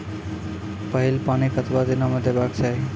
पहिल पानि कतबा दिनो म देबाक चाही?